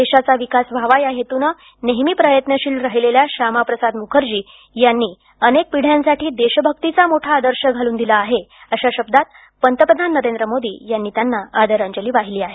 देशाचा विकास व्हावा या हेतूने नेहमी प्रयत्नशील राहिलेल्या शामा प्रसाद मुखर्जी यांनी अनेक पिढयांसाठी देशभक्तीचा मोठा आदर्श घालून दिला आहे अशा शब्दांत पंतप्रधान नेरंद्र मोदी यांनी त्यांना आदरांजली वाहिली आहे